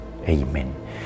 Amen